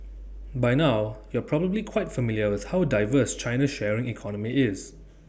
by now you're probably quite familiar with how diverse China's sharing economy is